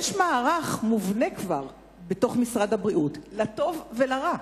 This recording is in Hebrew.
יש מערך שכבר מובנה בתוך משרד הבריאות, לטוב ולרע,